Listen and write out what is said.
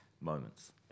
moments